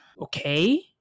okay